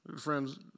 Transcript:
Friends